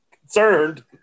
concerned